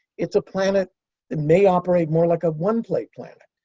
it's a planet that may operate more like a one-plate planet,